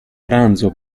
pranzo